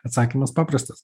atsakymas paprastas